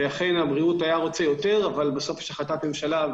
וודאי שבתחום הבריאותי היו רוצים יותר אבל בסוף יש החלטת ממשלה.